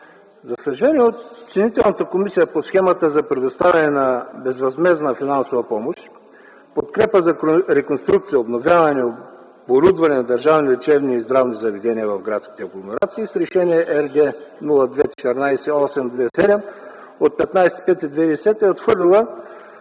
За съжаление, оценителната комисия по схемата за предоставяне на безвъзмездна финансова помощ, подкрепа за реконструкция, обновяване, оборудване на държавни лечебни и здравни заведения в градските конгломерации с Решение РД-02-14-827 от 15 май 2010 г. е отхвърлила